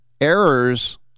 errors